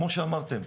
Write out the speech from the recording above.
כמו שאמרתם,